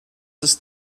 ist